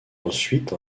ensuite